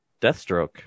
Deathstroke